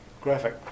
graphic